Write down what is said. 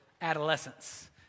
adolescence